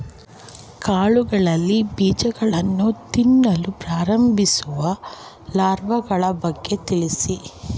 ಕಾಳುಗಳಲ್ಲಿ ಬೀಜಗಳನ್ನು ತಿನ್ನಲು ಪ್ರಾರಂಭಿಸುವ ಲಾರ್ವಗಳ ಬಗ್ಗೆ ತಿಳಿಸಿ?